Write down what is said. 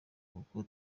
kuko